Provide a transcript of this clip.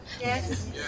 Yes